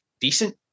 decent